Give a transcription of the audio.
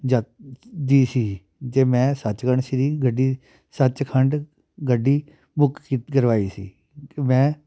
ਯਾਤ ਦੀ ਸੀ ਅਤੇ ਮੈਂ ਸੱਚਖੰਡ ਸ਼੍ਰੀ ਗੱਡੀ ਸੱਚਖੰਡ ਗੱਡੀ ਬੁੱਕ ਕੀ ਕਰਵਾਈ ਸੀ ਮੈਂ